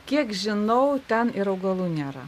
kiek žinau ten ir augalų nėra